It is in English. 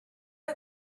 are